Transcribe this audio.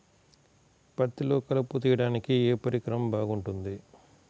పత్తిలో కలుపు తీయడానికి ఏ పరికరం బాగుంటుంది?